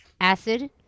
acid